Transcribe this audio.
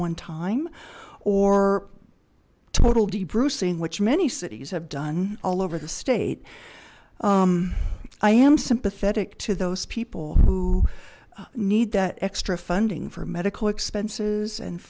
one time or total de bruising which many cities have done all over the state i am sympathetic to those people who need that extra funding for medical expenses and